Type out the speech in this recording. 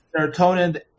serotonin